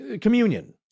communion